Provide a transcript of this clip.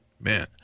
Man